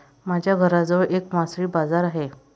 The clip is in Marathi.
माझ्या घराजवळ एक मासळी बाजार आहे